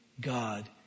God